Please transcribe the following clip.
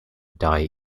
dye